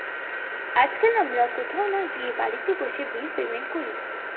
আজকাল আমরা কোথাও না গিয়ে বাড়িতে বসে বিল পেমেন্ট করি